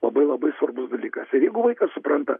labai labai svarbus dalykas ir jeigu vaikas supranta